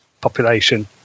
population